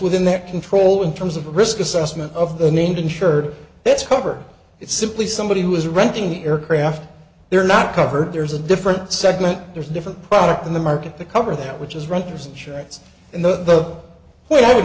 within their control in terms of the risk assessment of the named insured that's cover it's simply somebody who is renting the aircraft they're not covered there's a different segment there's different product in the market to cover that which is renters insurance and the what i would